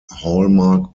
hallmark